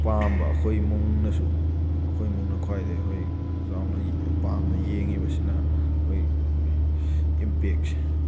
ꯄꯥꯝꯕ ꯑꯩꯈꯣꯏ ꯏꯃꯨꯡꯅꯁꯨ ꯑꯩꯈꯣꯏ ꯏꯃꯨꯡꯅ ꯈ꯭ꯋꯥꯏꯗꯒꯤ ꯍꯣꯏ ꯆꯥꯎꯅ ꯄꯥꯝꯅ ꯌꯦꯡꯉꯤꯕꯁꯤꯅ ꯑꯩꯈꯣꯏ ꯑꯩꯈꯣꯏ ꯏꯝꯄꯦꯛꯁꯦ